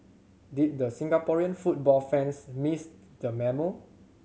did the Singaporean football fans miss the memo